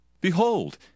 Behold